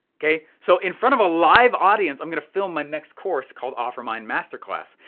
kay. so in front of a live audience, i'm gonna film my next course called offermind masterclass.